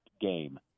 game